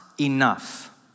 enough